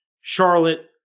Charlotte